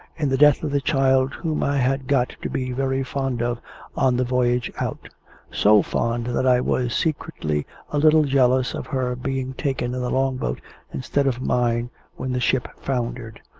in the death of the child whom i had got to be very fond of on the voyage out so fond that i was secretly a little jealous of her being taken in the long-boat instead of mine when the ship foundered.